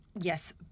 yes